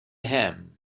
him